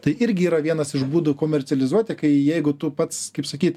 tai irgi yra vienas iš būdų komercializuoti kai jeigu tu pats kaip sakyt